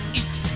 eat